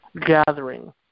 gathering